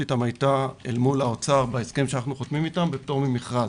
אתם הייתה אל מול האוצר בהסכם שאנחנו חותמים אתם בפטור ממכרז.